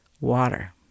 water